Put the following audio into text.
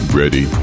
ready